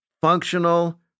functional